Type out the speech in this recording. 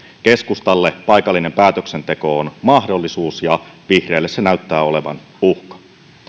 keskustalle paikallinen päätöksenteko on mahdollisuus ja vihreille se näyttää olevan uhka